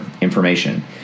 information